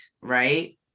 Right